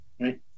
Right